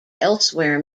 elsewhere